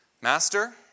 Master